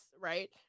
right